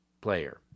player